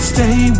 Stay